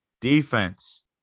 defense